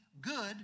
good